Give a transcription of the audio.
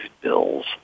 bills